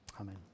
amen